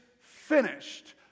finished